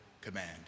command